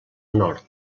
nord